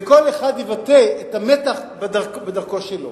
וכל אחד יבטא את המתח בדרכו שלו.